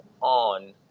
on